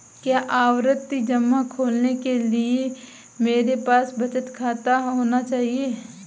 क्या आवर्ती जमा खोलने के लिए मेरे पास बचत खाता होना चाहिए?